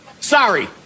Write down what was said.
Sorry